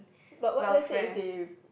but what let's say if they